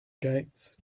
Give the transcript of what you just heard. gates